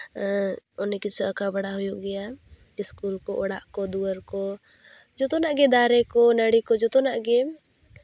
ᱚᱱᱮᱠ ᱠᱤᱪᱷᱩ ᱟᱸᱠᱟᱣ ᱵᱟᱲᱟ ᱦᱩᱭᱩᱜ ᱜᱮᱭᱟ ᱤᱥᱠᱩᱞ ᱠᱚ ᱚᱲᱟᱜ ᱠᱚ ᱫᱩᱣᱟᱹᱨ ᱠᱚ ᱡᱚᱛᱚᱱᱟᱜ ᱜᱮ ᱫᱟᱨᱮᱠᱚ ᱱᱟᱹᱲᱤᱠᱚ ᱡᱚᱛᱚᱱᱟᱜ ᱜᱮ